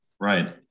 Right